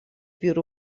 vyrų